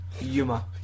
Yuma